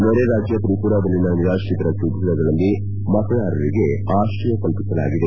ನೆರೆರಾಜ್ಯ ತ್ರಿಪುರಾದಲ್ಲಿನ ನಿರಾತ್ರಿತರ ಶಿಬಿರಗಳಲ್ಲಿ ಮತದಾರರಿಗೆ ಆಶ್ರಯ ಕಲ್ಪಿಸಲಾಗಿದೆ